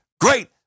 great